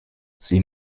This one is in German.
sie